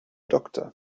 doktor